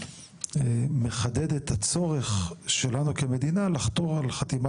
מחדד את הצורך שלנו כמדינה לחתור לחתימה